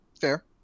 Fair